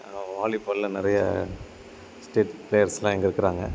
வாலிபாலில் நிறைய ஸ்டேட் ப்ளேயர்ஸ்லாம் இங்கே இருக்கிறாங்க